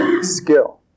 skill